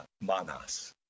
manas